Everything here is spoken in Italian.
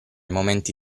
momenti